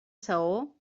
saó